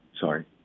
sorry